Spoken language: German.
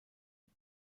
ein